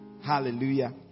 Hallelujah